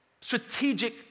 strategic